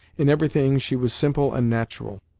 in everything she was simple and natural,